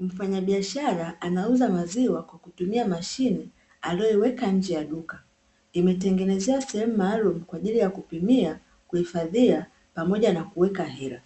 Mfanyabiashara anauza maziwa kwa kutumia mashine alioiweka nje ya duka imetengenezewa sehemu maalum kwa ajili ya kupimia, kuhifadhia pamoja na kuweka hela.